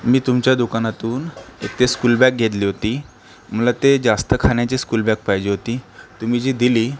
मी तुमच्या दुकानातून एक ते स्कूल बॅग घेतली होती मला ते जास्त खाण्याची स्कूल बॅग पाहिजे होती तुम्ही जी दिली